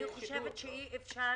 אני חושבת שאי אפשר